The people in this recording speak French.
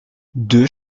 deux